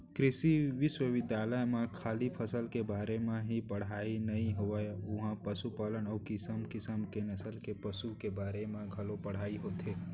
कृषि बिस्वबिद्यालय म खाली फसल के बारे म ही पड़हई नइ होवय उहॉं पसुपालन अउ किसम किसम के नसल के पसु के बारे म घलौ पढ़ाई होथे